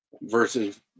versus